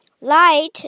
Light